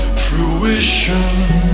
Fruition